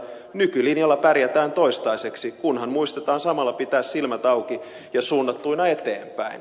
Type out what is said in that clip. nykylinjalla pärjätään toistaiseksi kunhan muistetaan samalla pitää silmät auki ja suunnattuina eteenpäin